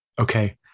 Okay